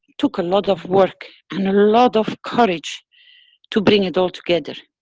took a lot of work and a lot of courage to bring it all together